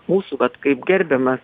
mūsų vat kaip gerbiamas